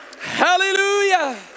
hallelujah